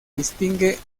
distingue